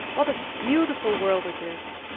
what a beautiful world it is!